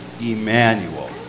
Emmanuel